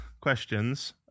questions